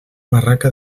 barraca